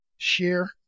Share